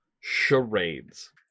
charades